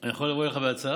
אני יכול לבוא אליך בהצעה?